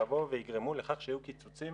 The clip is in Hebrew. ויבואו ויגרמו לכך שיהיו קיצוצים